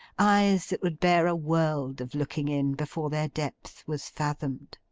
eyes that would bear a world of looking in, before their depth was fathomed.